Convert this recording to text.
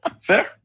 Fair